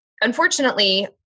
unfortunately